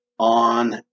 On